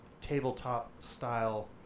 tabletop-style